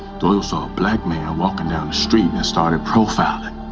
doyle saw a black man and walking down the street and started profiling.